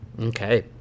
Okay